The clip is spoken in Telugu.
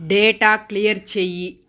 డేటా క్లియర్ చెయ్యి